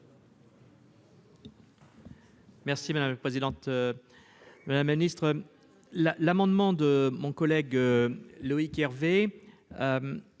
Merci madame la présidente, madame ministre-là l'amendement de mon collègue Loïc Hervé